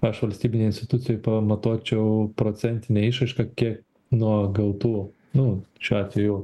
aš valstybinėj institucijoj pamatuočiau procentine išraiška kiek nuo gautų nu šiuo atvejų